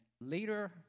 later